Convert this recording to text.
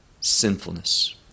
sinfulness